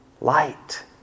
light